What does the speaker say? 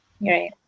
Right